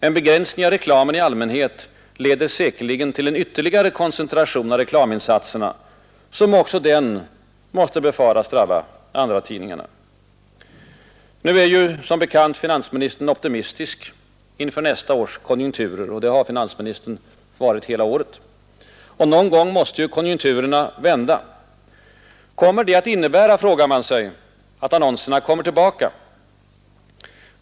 En begränsning av reklamen i allmänhet leder säkerligen till en ytterligare koncentration av reklaminsatserna, som också den måste befaras drabba andratidningarna. Nu är som bekant finansministern optimistisk inför nästa års konjunkturer. Det har finansministern varit hela året, och någon gång måste ju konjunkturerna vända. Kommer det att innebära — frågar man sig — att annonserna kommer tillbaka?